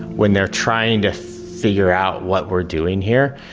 when they're trying to figure out what we're doing here,